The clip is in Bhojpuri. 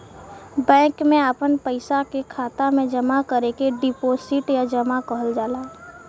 बैंक मे आपन पइसा के खाता मे जमा करे के डीपोसिट या जमा कहल जाला